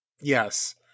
Yes